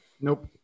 nope